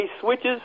switches